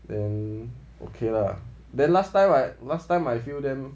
then okay lah then last time right last time I feel them